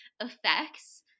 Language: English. effects